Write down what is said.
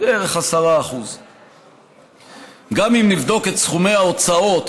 בערך 10%. גם אם נבדוק את סכומי ההוצאות